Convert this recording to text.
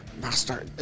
Master